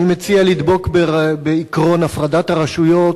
אני מציע לדבוק בעקרון הפרדת הרשויות